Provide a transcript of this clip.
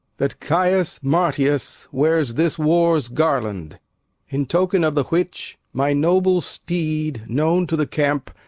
that caius marcius wears this war's garland in token of the which, my noble steed, known to the camp,